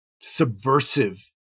subversive